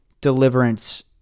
Deliverance